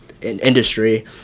industry